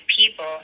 people